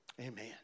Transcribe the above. Amen